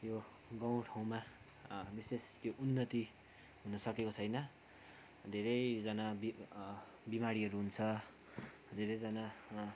यो गाउँ ठाउँमा विशेष त्यो उन्नति हुन सकेको छैन धेरैजना बि बिमारीहरू हुन्छ धेरैजना